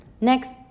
Next